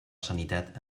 sanitat